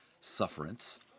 sufferance